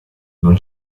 non